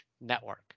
network